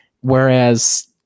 Whereas